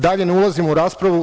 Dalje ne ulazim u raspravu.